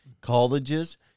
colleges